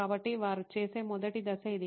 కాబట్టి వారు చేసే మొదటి దశ ఇది